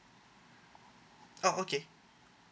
oh okay